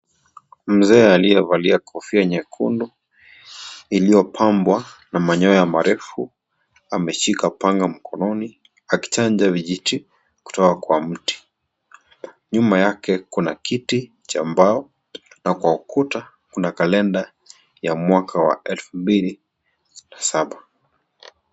Mzee aliyevalia kofia Nyekundu iliyopambwa na manyoya Marefu. Ameshika panga mkononi, akichanja vijiti, kutoka kwa mti. Nyuma yake kuna kiti, cha mbao, na k wa ukuta kuna kalenda ya mwaka wa elfu mbili na saba.